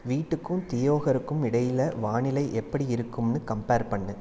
வீட்டுக்கும் தியோகருக்கும் இடையில் வானிலை எப்படி இருக்கும்னு கம்பேர் பண்ணு